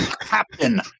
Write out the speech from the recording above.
captain